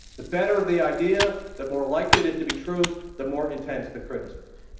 the better the idea, the more likely it is to be true, the more intense the criticism.